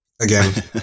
again